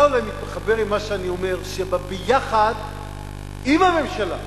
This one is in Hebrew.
אתה אולי מתחבר למה שאני אומר, שביחד עם הממשלה,